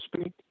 speak